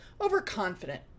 overconfident